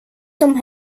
som